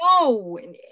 No